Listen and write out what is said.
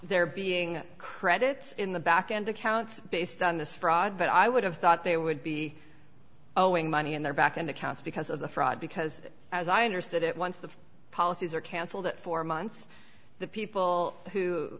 there being credits in the back end accounts based on this fraud but i would have thought there would be owing money in their back and accounts because of the fraud because as i understood it once the policies are cancelled at four months the people who